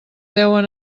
deuen